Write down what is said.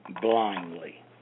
blindly